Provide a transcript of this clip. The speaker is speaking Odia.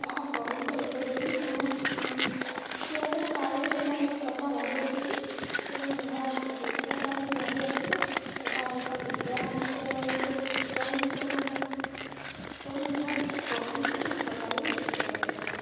ଏହା ବହୁତ ଉପଯୋଗୀ କାଇଁନା ପୁରାତନ କାଳରୁ ଏହା ଏକ ପ୍ରଥା ରହିଆସିଛିି ଏବଂ ଏହା ଭବିଷ୍ୟତ ପାଇଁ ବି ରହିଆସିବ ଏହା ଏକ ବିଜ୍ଞାନ ଏହାକୁ ବିଜ୍ଞାନ ବିଗ୍ରହଣ କରିଛି ତେଣୁ ଏହା ଏକ ବହୁତ ଉପକାରୀ ଦ୍ରବ୍ୟ